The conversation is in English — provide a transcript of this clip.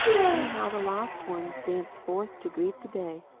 see how the lost ones dance forth to greet the day!